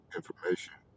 information